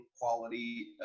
quality